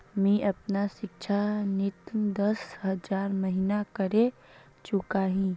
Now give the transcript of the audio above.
मी अपना सिक्षा ऋण दस हज़ार महिना करे चुकाही